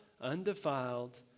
undefiled